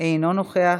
אינו נוכח,